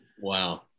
Wow